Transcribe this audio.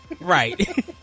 Right